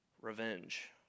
revenge